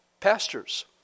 pastors